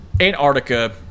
Antarctica